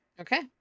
Okay